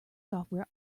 software